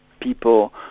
people